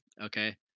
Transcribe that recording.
Okay